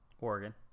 Oregon